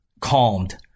calmed